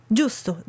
Giusto